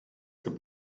gibt